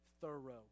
thorough